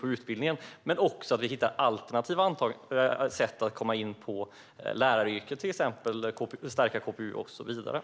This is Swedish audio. Det handlar också om att hitta alternativa sätt att komma in i läraryrket, till exempel genom att stärka KPU.